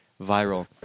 viral